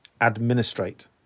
Administrate